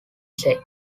said